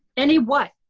any what?